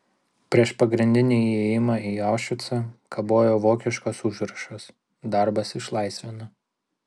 prieš pagrindinį įėjimą į aušvicą kabojo vokiškas užrašas darbas išlaisvina